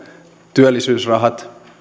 työllisyysrahat